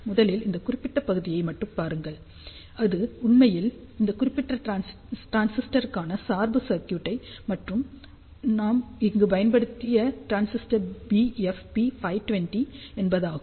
முதலில் இந்த குறிப்பிட்ட பகுதியை மட்டும் பாருங்கள் இது உண்மையில் இந்த குறிப்பிட்ட டிரான்சிஸ்டருக்கான சார்பு சர்க்யூட் மற்றும் நாம் இங்கு பயன்படுத்திய டிரான்சிஸ்டர் BFP520 என்பதாகும்